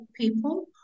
people